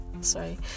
sorry